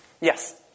Yes